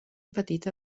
petita